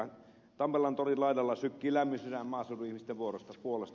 tampellan torin laidalla sykkii lämmin sydän maaseudun ihmisten puolesta